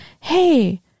hey